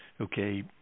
okay